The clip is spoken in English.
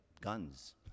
guns